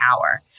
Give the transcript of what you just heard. hour